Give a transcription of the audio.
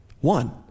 one